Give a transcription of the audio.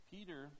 Peter